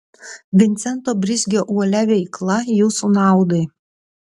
vincento brizgio uolia veikla jūsų naudai